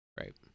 Right